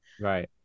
Right